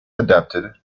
adapted